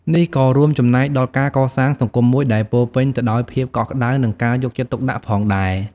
នេះក៏រួមចំណែកដល់ការកសាងសង្គមមួយដែលពោរពេញទៅដោយភាពកក់ក្តៅ និងការយកចិត្តទុកដាក់ផងដែរ។